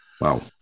Wow